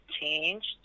changed